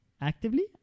actively